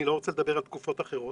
אני לא רוצה לדבר על תקופות אחרות.